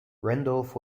randolph